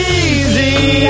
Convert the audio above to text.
easy